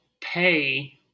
pay